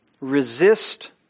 Resist